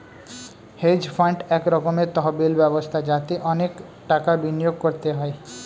hedge fund এক রকমের তহবিল ব্যবস্থা যাতে অনেক টাকা বিনিয়োগ করতে হয়